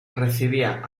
recibía